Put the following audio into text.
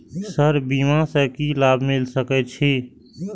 Sir बीमा से की लाभ मिल सके छी?